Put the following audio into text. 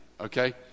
okay